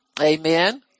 Amen